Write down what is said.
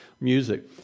music